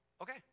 okay